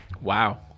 Wow